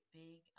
big